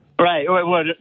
Right